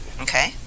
okay